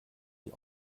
die